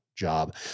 Job